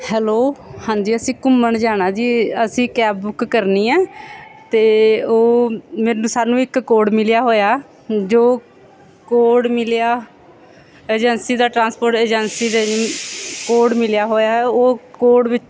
hello ਹਾਂਜੀ ਅਸੀਂ ਘੁੰਮਣ ਜਾਣਾ ਜੀ ਅਸੀਂ ਕੈਬ ਬੁੱਕ ਕਰਨੀ ਹੈ ਅਤੇ ਉਹ ਮੈਨੂੰ ਸਾਨੂੰ ਇੱਕ ਕੋਡ ਮਿਲਿਆ ਹੋਇਆ ਜੋ ਕੋਡ ਮਿਲਿਆ ਏਜੰਸੀ ਦਾ ਟਰਾਂਸਪੋਰਟ ਏਜੰਸੀ ਦੇ ਕੋਡ ਮਿਲਿਆ ਹੋਇਆ ਉਹ ਕੋਡ ਵਿ